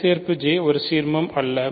I சேர்ப்பு J ஒரு சீர்மம் அல்ல